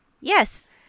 yes